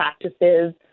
practices